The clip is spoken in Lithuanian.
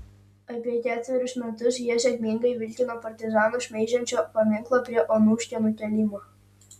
apie ketverius metus jie sėkmingai vilkino partizanus šmeižiančio paminklo prie onuškio nukėlimą